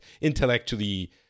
intellectually